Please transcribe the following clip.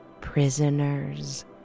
Prisoners